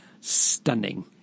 stunning